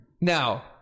Now